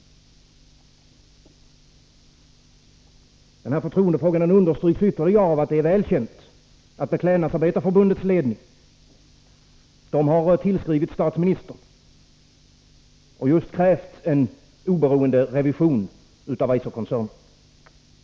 Förtroendefrågan understryks ytterligare av att det är välkänt att Beklädnadsarbetarnas förbundsledning har tillskrivit statsministern och krävt just en oberoende revision av Eiserkoncernen.